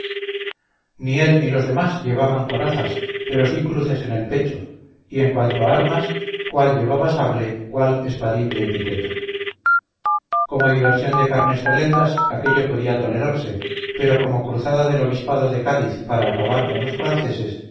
ni él ni los demás llevaban corazas pero sí cruces en el pecho y en cuanto a armas cuál llevaba sable cuál espadín de etiqueta como diversión de carnestolendas aquello podía tolerarse pero como cruzada del obispado de cádiz para acabar con los franceses